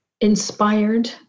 inspired